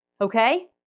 okay